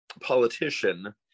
politician